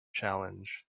challenge